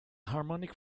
harmonic